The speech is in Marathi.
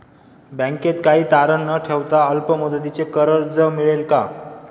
बँकेत काही तारण न ठेवता अल्प मुदतीचे कर्ज मिळेल का?